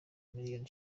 miliyoni